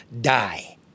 die